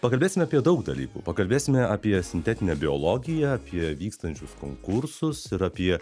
pakalbėsime apie daug dalykų pakalbėsime apie sintetinę biologiją apie vykstančius konkursus ir apie